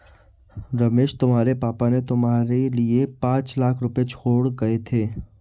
रमेश तुम्हारे पापा ने तुम्हारे लिए पांच लाख रुपए छोड़े गए थे